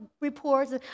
reports